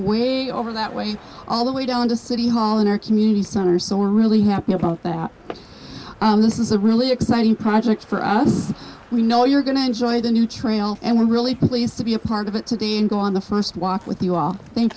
way over that way all the way down to city hall in our community center so we're really happy about that but this is a really exciting project for us we know you're going to enjoy the new trail and we're really pleased to be a part of it today and go on the first walk with you all thank